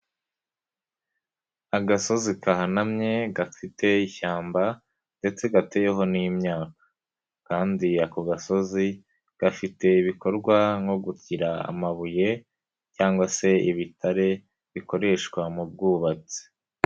Agasozi kahanamye gafite ishyamba ndetse gateyeho n'imyaka kandi ako gasozi gafite ibikorwa nko kugira amabuye cyangwa se ibitare bikoreshwa mu bwubatsi.